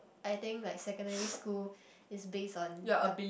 I think like secondary school is based on your